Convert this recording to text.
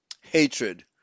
hatred